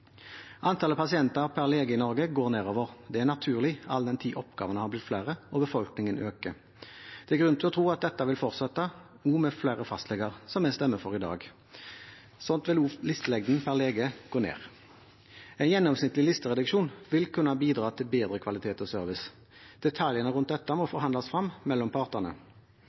Antallet pasienter per lege i Norge går nedover. Det er naturlig all den tid oppgavene har blitt flere og befolkningen øker. Det er grunn til å tro at dette vil fortsette, og med flere fastleger, som vi stemmer for i dag, vil listelengden per lege gå ned. En gjennomsnittlig listereduksjon vil kunne bidra til bedre kvalitet og service. Detaljene rundt dette må forhandles frem mellom partene.